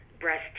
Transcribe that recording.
breast